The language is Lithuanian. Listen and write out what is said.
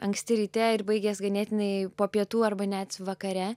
anksti ryte ir baigias ganėtinai po pietų arba net vakare